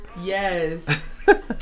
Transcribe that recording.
Yes